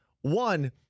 One